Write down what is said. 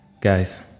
Guys